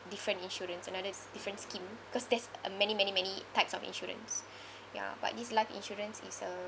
different insurance another s~ different scheme because there's uh many many many types of insurance ya but this life insurance is a